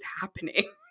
happening